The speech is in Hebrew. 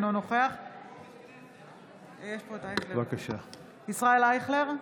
אינו נוכח ישראל אייכלר,